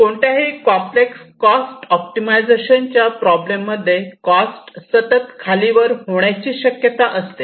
कोणत्याही complex cost ऑप्टिमायझेशनच्या problem मध्ये कॉस्ट सतत खालीवर होण्याचे शक्यता असते